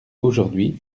aujourd’hui